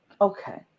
Okay